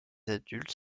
adultes